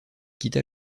quitta